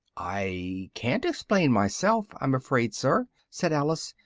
i ca'n't explain myself, i'm afraid, sir, said alice,